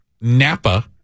Napa